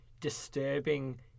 disturbing